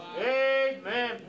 Amen